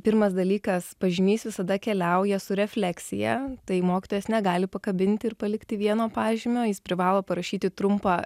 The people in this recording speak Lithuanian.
pirmas dalykas pažymys visada keliauja su refleksija tai mokytojas negali pakabinti ir palikti vieno pažymio jis privalo parašyti trumpą